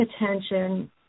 attention